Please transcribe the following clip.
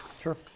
Sure